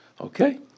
Okay